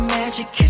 Magic